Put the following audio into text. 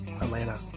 Atlanta